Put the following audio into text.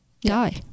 die